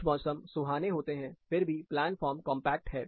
कुछ मौसम सुहाने होते हैं फिर भी प्लान फॉर्म कंपैक्ट है